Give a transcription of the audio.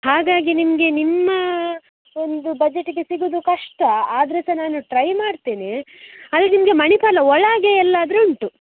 ಹಾಗಾಗಿ ನಿಮಗೆ ನಿಮ್ಮ ಒಂದು ಬಜೆಟಿಗೆ ಸಿಗೋದು ಕಷ್ಟ ಆದರೆ ಸಹ ನಾನು ಟ್ರೈ ಮಾಡ್ತೇನೆ ಅಲ್ಲಿ ನಿಮಗೆ ಮಣಿಪಾಲ ಒಳಗೆ ಅಲ್ಲಾದರೆ ಉಂಟು